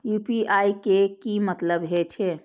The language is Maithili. यू.पी.आई के की मतलब हे छे?